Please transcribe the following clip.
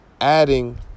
adding